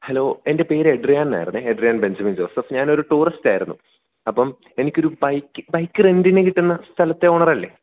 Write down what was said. hello എൻ്റെ പേര് Adrian എന്നായിരുന്നു എഡ്രിയാൻ ബെഞ്ചമിൻ ജോസഫ് ഞാനൊരു ടൂറിസ്റ്റായിരുന്നു അപ്പം എനിക്കൊരു ബൈക്ക് ബൈക്ക് റെൻറ്റിന് കിട്ടുന്ന സ്ഥലത്തെ ഓണറല്ലേ